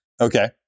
Okay